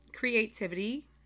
Creativity